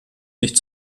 nicht